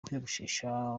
kwiyogoshesha